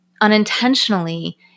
unintentionally